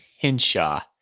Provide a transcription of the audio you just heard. Henshaw